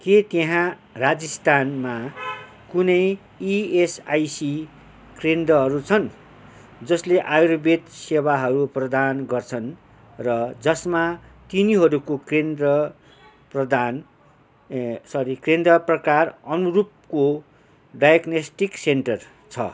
के त्यहाँ राजस्थानमा कुनै इएसआइसी केन्द्रहरू छन् जसले आयुर्वेद सेवाहरू प्रदान गर्छन् र जसमा तिनीहरूको केन्द्र प्रदान ए सरि केन्द्र प्रकार अनुरूपको डायग्नोस्टिक सेन्टर छ